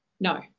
No